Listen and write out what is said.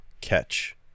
catch